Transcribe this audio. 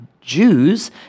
Jews